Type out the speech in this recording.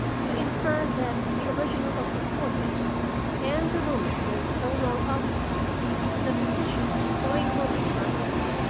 to infer that the original of this portrait and the woman who has so long occupied the position of sewing-woman in my house,